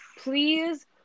please